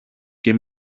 και